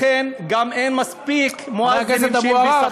לכן גם אין מספיק מואזינים בשכר,